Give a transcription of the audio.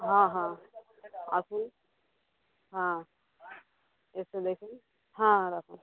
হ্যাঁ হ্যাঁ আসুন হ্যাঁ এসে দেখুন হ্যাঁ রাখুন